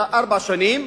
היה ארבע שנים,